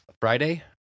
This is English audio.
Friday